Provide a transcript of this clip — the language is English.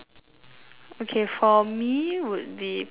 okay for me would be pet peeves ah